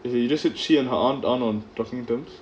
as in you just said she and her aunt aren't on talking terms